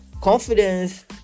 confidence